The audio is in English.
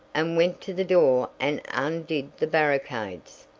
and went to the door and undid the barricades.